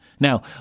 Now